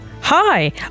hi